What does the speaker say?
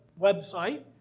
website